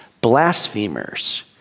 blasphemers